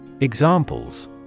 Examples